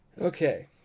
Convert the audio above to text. Okay